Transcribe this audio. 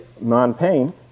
non-pain